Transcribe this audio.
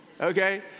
okay